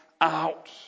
out